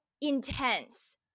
intense